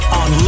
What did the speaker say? on